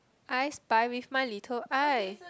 I spy with my little eye